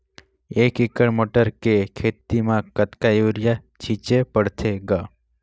एक एकड़ मटर के खेती म कतका युरिया छीचे पढ़थे ग?